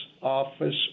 office